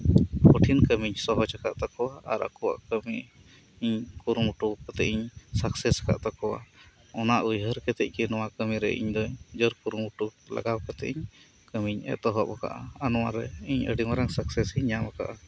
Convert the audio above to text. ᱠᱚᱴᱷᱤᱱ ᱠᱟᱹᱢᱤᱧ ᱥᱚᱦᱚᱡ ᱟᱠᱟᱫ ᱛᱟᱠᱚᱣᱟ ᱟᱨ ᱟᱠᱚᱣᱟᱜ ᱠᱟᱹᱢᱤ ᱤᱧᱤᱧ ᱠᱩᱨᱩᱢᱩᱴᱩ ᱠᱟᱛᱮᱫ ᱤᱧ ᱥᱟᱠᱥᱮᱥ ᱟᱠᱟᱫ ᱛᱟᱠᱚᱣᱟ ᱚᱱᱟ ᱩᱭᱦᱟᱹᱨ ᱠᱟᱛᱮᱫ ᱜᱮ ᱱᱚᱶᱟ ᱠᱟᱹᱢᱤ ᱨᱮ ᱤᱧ ᱫᱚᱧ ᱠᱩᱨᱩᱢᱩᱴᱩ ᱞᱟᱜᱟᱣ ᱠᱟᱛᱮᱫ ᱤᱧ ᱠᱟᱹᱢᱤᱧ ᱮᱛᱚᱦᱚᱵ ᱟᱠᱟᱫᱼᱟ ᱟᱨ ᱱᱚᱶᱟ ᱨᱮ ᱤᱧ ᱟᱹᱰᱤ ᱢᱟᱨᱟᱝ ᱥᱟᱠᱥᱮᱥ ᱤᱧ ᱧᱟᱢ ᱟᱠᱟᱫᱼᱟ